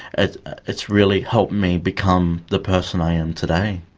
ah it's really helped me become the person i am today.